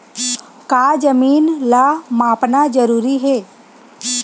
का जमीन ला मापना जरूरी हे?